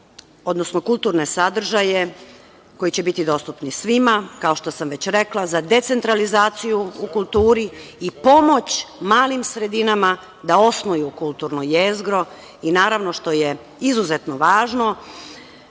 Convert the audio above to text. odnosno kulturne sadržaje koji će biti dostupni svima. Kao što sam već rekla, za decentralizaciju u kulturi i pomoć malim sredinama da osnuju kulturno jezgro i, naravno, što je izuzetno važno,